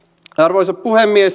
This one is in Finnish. arvoisa puhemies